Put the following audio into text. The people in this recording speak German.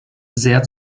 sehr